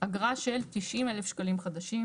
אגרה של 90,000 שקלים חדשים.